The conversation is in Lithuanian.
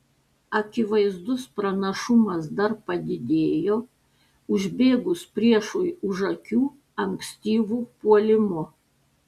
akivaizdus pranašumas dar padidėjo užbėgus priešui už akių ankstyvu puolimu